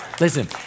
Listen